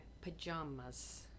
pajamas